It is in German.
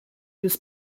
des